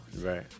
Right